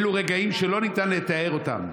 אלו רגעים שלא ניתן לתאר אותם,